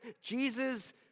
Jesus